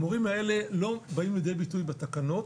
המורים האלה לא באים לידי ביטוי בתקנות